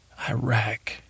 Iraq